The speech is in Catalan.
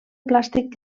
plàstic